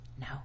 No